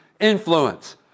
influence